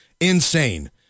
insane